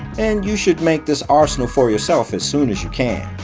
and you should make this arsenal for yourself as soon as you can.